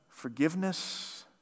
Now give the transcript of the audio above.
Forgiveness